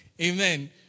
Amen